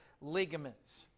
ligaments